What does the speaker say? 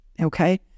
okay